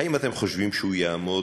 האם אתם חושבים שהוא יעמוד